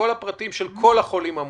של כל החולים המאומתים,